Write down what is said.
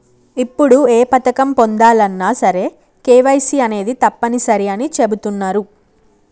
ఇప్పుడు ఏ పథకం పొందాలన్నా సరే కేవైసీ అనేది తప్పనిసరి అని చెబుతున్నరు